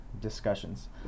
discussions